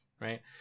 Right